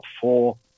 four